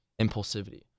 impulsivity